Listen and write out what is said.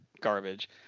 garbage